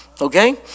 Okay